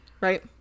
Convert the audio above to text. Right